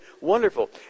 wonderful